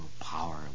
power